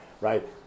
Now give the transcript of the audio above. right